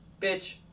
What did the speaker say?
bitch